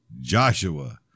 Joshua